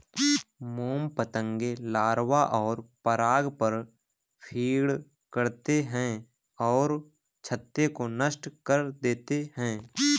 मोम पतंगे लार्वा और पराग पर फ़ीड करते हैं और छत्ते को नष्ट कर देते हैं